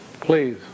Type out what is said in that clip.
please